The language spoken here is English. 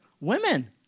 Women